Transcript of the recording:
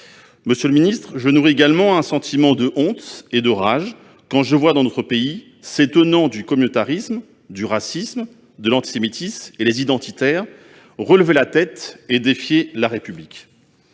religieuses. Je nourris également un sentiment de honte et de rage quand je vois, dans notre pays, les tenants du communautarisme, du racisme et de l'antisémitisme, ainsi que les identitaires, relever la tête et défier la République.